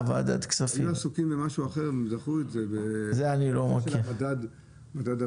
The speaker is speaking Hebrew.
הם היו עסוקים במשהו אחר והם דחו את זה בקשר למדד הבנייה.